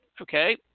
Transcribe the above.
Okay